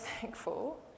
thankful